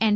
N